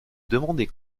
demander